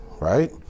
right